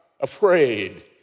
afraid